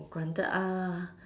granted uh